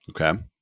okay